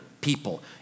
people